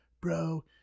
bro